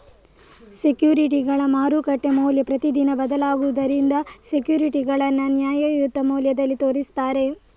ಸೆಕ್ಯೂರಿಟಿಗಳ ಮಾರುಕಟ್ಟೆ ಮೌಲ್ಯ ಪ್ರತಿದಿನ ಬದಲಾಗುದರಿಂದ ಸೆಕ್ಯೂರಿಟಿಗಳನ್ನ ನ್ಯಾಯಯುತ ಮೌಲ್ಯದಲ್ಲಿ ತೋರಿಸ್ತಾರೆ